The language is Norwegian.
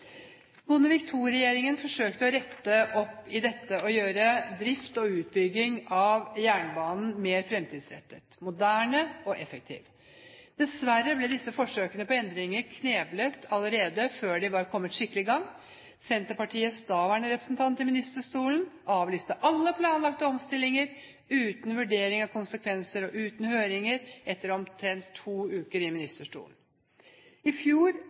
Bondevik II-regjeringen forsøkte å rette opp i dette og gjøre drift og utbygging av jernbanen mer fremtidsrettet, moderne og effektiv. Dessverre ble disse forsøkene på endringer kneblet allerede før de var kommet skikkelig i gang. Senterpartiets daværende representant i ministerstolen avlyste alle planlagte omstillinger uten vurdering av konsekvenser og uten høringer etter omtrent to uker i ministerstolen. Fjoråret var et katastrofeår for norsk jernbane. Punktligheten, særlig i